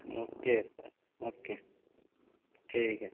okay sir okay ठीक है